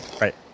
Right